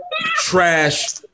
trash